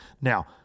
Now